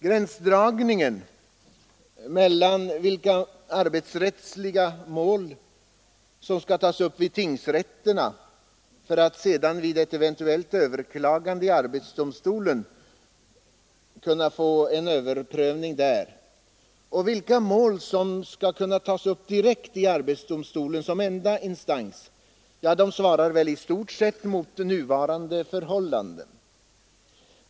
Gränsdragningen mellan de arbetsrättsliga mål, som skall tas upp vid tingsrätterna för att sedan vid ett eventuellt överklagande i arbetsdomstolen kunna få en överprövning där, och de mål, som skall tas upp direkt i arbetsdomstolen såsom enda instans, svarar i stort sett mot nuvarande förhållanden.